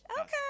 okay